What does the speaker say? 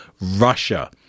Russia